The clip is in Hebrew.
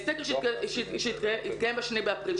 סקר שהתקיים ב-2 באפריל.